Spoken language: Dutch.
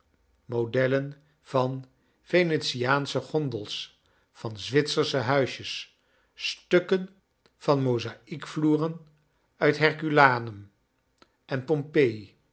modellen van yenetiaansche gondels van zwitsersche huisjes stukken van mozaikvloeren uit herculanum en pompeji